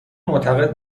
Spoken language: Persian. معتقد